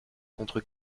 contre